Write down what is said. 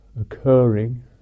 occurring